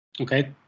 Okay